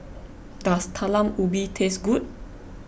does Talam Ubi taste good